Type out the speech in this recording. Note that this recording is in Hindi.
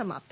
समाप्त